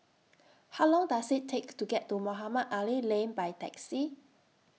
How Long Does IT Take to get to Mohamed Ali Lane By Taxi